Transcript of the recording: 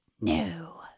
no